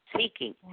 seeking